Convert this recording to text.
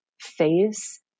face